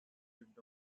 lived